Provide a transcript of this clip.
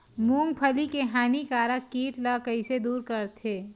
मूंगफली के हानिकारक कीट ला कइसे दूर करथे?